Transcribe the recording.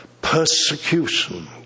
persecution